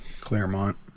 Claremont